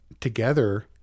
together